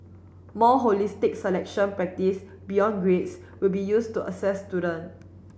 more holistic selection practice beyond grades will be used to assess student